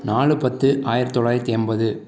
நாலு பத்து ஆயிரத்தி தொள்ளாயிரத்தி எண்பது